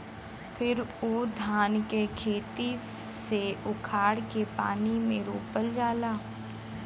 फिर उ धान के खेते से उखाड़ के पानी में रोपल जाला